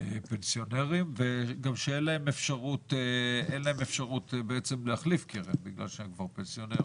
בפנסיונרים שגם אין להם אפשרות להחליף כי הם פנסיונרים,